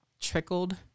trickled